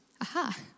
Aha